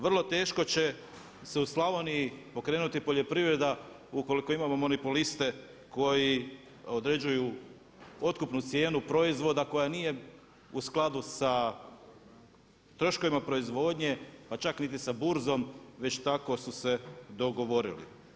Vrlo teško će se u Slavoniji pokrenuti poljoprivreda ukoliko imamo monopoliste koji određuju otkupnu cijenu proizvoda koja nije u skladu sa troškovima proizvodnje pa čak niti sa burzom već tako su se dogovorili.